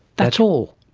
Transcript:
that's all.